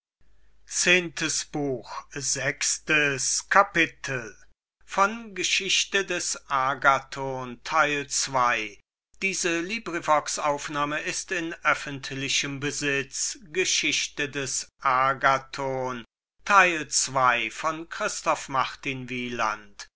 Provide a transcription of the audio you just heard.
sechstes kapitel ungelehrigkeit des agathon